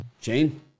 Jane